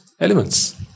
elements